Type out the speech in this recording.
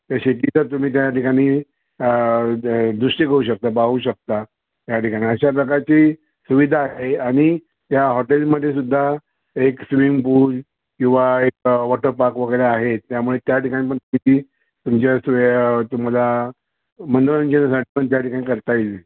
त्या शेती तर तुम्ही त्या ठिकाणी दृष्टी करू शकता पाहू शकता त्या ठिकाणी अशा प्रकारची सुविधा आहे आणि त्या हॉटेलमध्ये सुद्धा एक स्विमिंग पूल किंवा एक वॉटरपार्क वगैरे आहे त्यामुळे त्या ठिकाणी पण तुम्ही तुमच्या सोया तुम्हाला मनोरंजनासाठी पण त्या ठिकाणी करता येईल